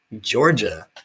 Georgia